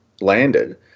landed